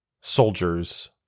soldiers